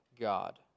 God